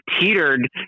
teetered